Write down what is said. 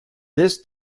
this